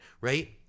right